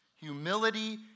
humility